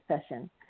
session